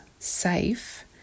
safe